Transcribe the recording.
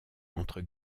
entre